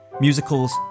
Musicals